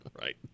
right